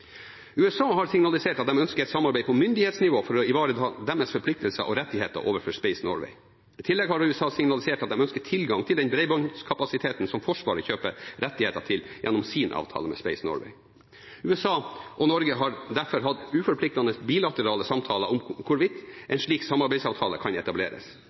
USA har signalisert at de ønsker et samarbeid på myndighetsnivå for å ivareta sine forpliktelser og rettigheter overfor Space Norway. I tillegg har USA signalisert at de ønsker tilgang til den bredbåndskapasiteten som Forsvaret kjøper rettigheter til, gjennom sin avtale med Space Norway. USA og Norge har derfor hatt uforpliktende bilaterale samtaler om hvorvidt en slik samarbeidsavtale kan etableres.